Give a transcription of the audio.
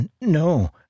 No